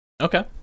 Okay